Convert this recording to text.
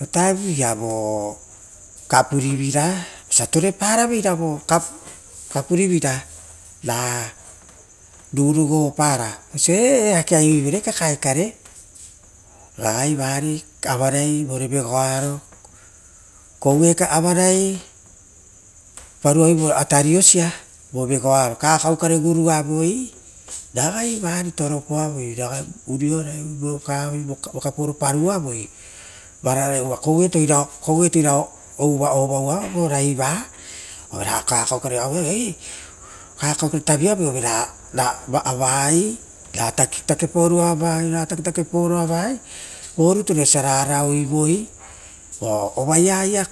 Oatavuia vo kapurivira torepara veira vo kapurivira ra rugonigo para oisio eake aioivere kakaekare. ragai avarai vore vegoaro pamavoi aue tariosia, vo vegoaro, kakau kare gumavoi ragai vari toro poaroi, vokapaoro paruvoi, varanai uva koueto ovauavoi vo raiva, ra kakau kare tuviavoi ra taketakepao voi, taketakepaoro avai, voruture osiara rouivoi, vo ovaia